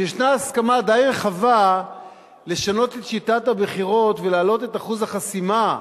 שיש הסכמה די רחבה לשנות את שיטת הבחירות ולהעלות את אחוז החסימה,